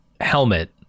helmet